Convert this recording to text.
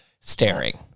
staring